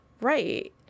Right